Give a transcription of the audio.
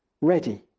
ready